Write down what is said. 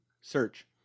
Search